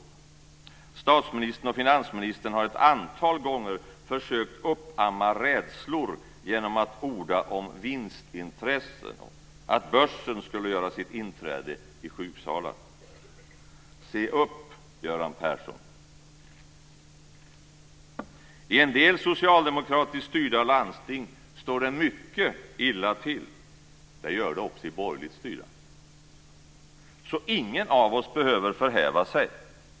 Statsministern och finansministern har ett antal gånger försökt uppamma rädslor genom att orda om vinstintressen och att börsen skulle göra sitt inträde i sjuksalen. Se upp, Göran Persson! I en del socialdemokratiskt styrda landsting står det mycket illa till. Det gör det också i borgerligt styrda, så ingen av oss behöver förhäva sig.